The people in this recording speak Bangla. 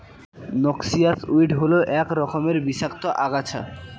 নক্সিয়াস উইড হল এক রকমের বিষাক্ত আগাছা